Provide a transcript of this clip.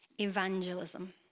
evangelism